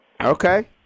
Okay